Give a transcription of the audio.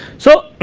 so